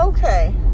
Okay